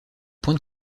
point